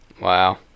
Wow